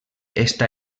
està